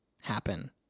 happen